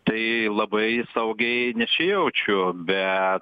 tai labai saugiai nesijaučiu bet